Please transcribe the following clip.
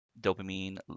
Dopamine